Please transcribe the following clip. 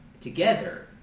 Together